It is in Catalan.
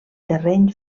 terreny